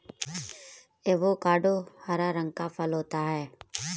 avocado हरा रंग का फल होता है